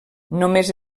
només